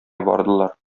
бардылар